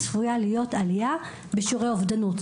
צפויה להיות עלייה בשיעורי האובדנות.